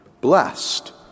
Blessed